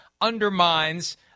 undermines